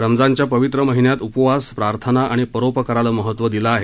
रमजानच्या पवित्र महिन्यात उपवास प्रार्थना आणि परोपकाराला महत्व दिले आहे